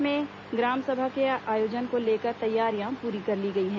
प्रदेशभर में ग्राम सभा के आयोजन को लेकर तैयारियां पूरी कर ली गई हैं